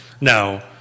Now